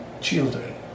children